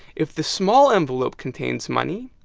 if the small envelope contains money,